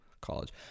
college